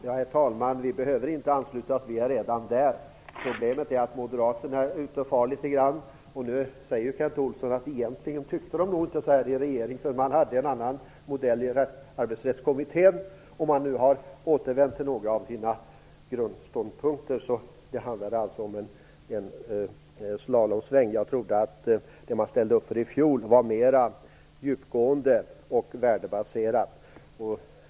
Herr talman! Vi behöver inte ansluta oss; vi är redan där. Problemet är att moderaterna är ute och far litet grand. Nu säger Kent Olsson att man nog egentligen inte tyckte så här i regering eftersom man hade en annan modell i Arbetsrättskommittén. Nu har man återvänt till några av sina grundståndpunkter, så det handlade alltså om en slalomsväng. Jag tror nu inte att det man ställde upp för i fjol var så mycket mer djupgående och värdebaserat.